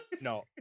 No